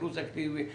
סירוס אקטיבי.